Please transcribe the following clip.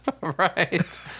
Right